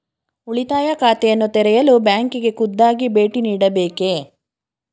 ಉಳಿತಾಯ ಖಾತೆಯನ್ನು ತೆರೆಯಲು ಬ್ಯಾಂಕಿಗೆ ಖುದ್ದಾಗಿ ಭೇಟಿ ನೀಡಬೇಕೇ?